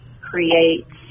creates